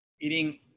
Eating